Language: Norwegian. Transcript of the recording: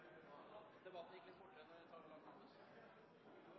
at vi ikkje kan